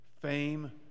fame